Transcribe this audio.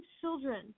children